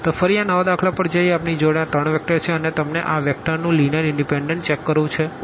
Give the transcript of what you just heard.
તો ફરી આ નવા દાખલા પર જઈએ આપણી જોડે આ 3 વેક્ટર છે અને તમને આ વેક્ટર નું લીનીઅર્ ઇનડીપેનડન્સ ચેક કરવું છેં